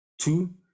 two